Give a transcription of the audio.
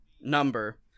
number